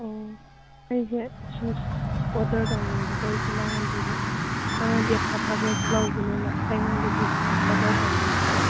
ꯑꯣ ꯑꯩꯁꯦ shoes order ꯇꯧꯅꯤꯡꯕꯀꯣ ꯑꯩꯁꯦ ꯅꯉꯣꯟꯗꯒꯤ ꯅꯉꯣꯟꯗꯩ ꯑꯐ ꯑꯐꯕ ꯂꯧꯕꯅꯤꯅ ꯑꯇꯩꯉꯣꯟꯗꯗꯤ ꯑꯣꯗꯔ ꯇꯧꯅꯤꯡꯗ꯭ꯔꯕ